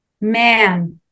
Man